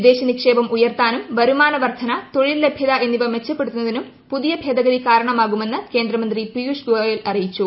വിദേശ നിക്ഷേപം ഉയർത്താനും വരുമാന വർധന തൊഴിൽ ലഭൃത എന്നിവ മെച്ചപ്പെടുത്തുന്നതിനും പുതിയ ഭേദഗതി കാരണമാകുമെന്ന് കേന്ദ്ര മന്ത്രി പിയുഷ് ഗോയൽ അറിയിച്ചു